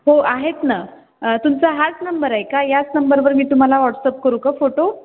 हो आहेत ना तुमचा हाच नंबर आहे का याच नंबरवर मी तुम्हाला व्हॉट्सअप करू का फोटो